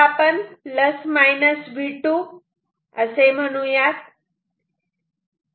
याला आपण plus minus V2 V2 असे म्हणूयात